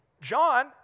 John